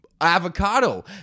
avocado